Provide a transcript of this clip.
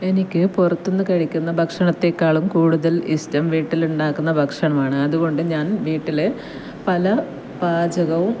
എനിക്ക് പുറത്തുനിന്ന് കഴിക്കുന്ന ഭക്ഷണത്തേക്കാളും കൂടുതൽ ഇഷ്ടം വീട്ടിൽ ഉണ്ടാക്കുന്ന ഭക്ഷണമാണ് അതുകൊണ്ട് ഞാൻ വീട്ടിലെ പല പാചകവും